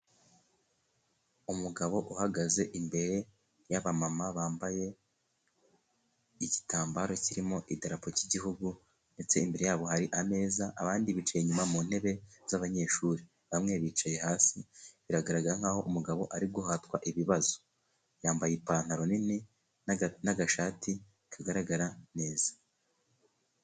Umugabo uhagaze imbere y'abamama bambaye igitambaro kirimo idarapo ry'Igihugu. Ndetse imbere yabo hari ameza, abandi bicaye inyuma mu ntebe z'abanyeshuri. Bamwe bicaye hasi, biragaragara nk'aho umugabo ari guhatwa ibibazo. Yambaye ipantaro nini n'agashati kagaragara neza.